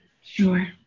sure